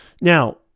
Now